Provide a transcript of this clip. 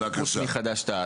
חוץ מחד"ש-תע"ל.